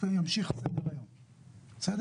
תודה